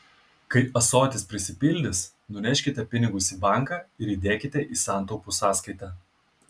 kai ąsotis prisipildys nuneškite pinigus į banką ir įdėkite į santaupų sąskaitą